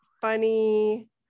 funny